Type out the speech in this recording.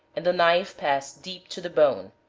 and the knife passed deep to the bone.